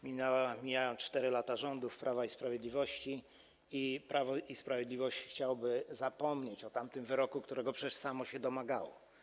Mijają 4 lata rządów Prawa i Sprawiedliwości i Prawo i Sprawiedliwość chciałoby zapomnieć o tamtym wyroku, którego przecież samo się domagało.